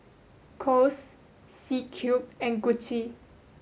Kose C Cube and Gucci